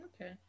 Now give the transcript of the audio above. Okay